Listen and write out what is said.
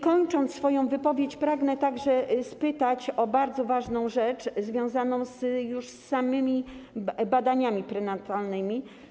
Kończąc swoją wypowiedź, pragnę także spytać o bardzo ważną rzecz, związaną już z samymi badaniami prenatalnymi.